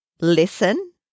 Listen